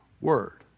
word